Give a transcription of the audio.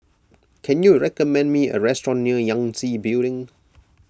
can you recommend me a restaurant near Yangtze Building